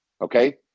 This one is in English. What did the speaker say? Okay